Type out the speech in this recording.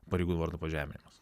pareigūno vardo pažeminimas